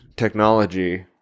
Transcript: technology